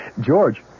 George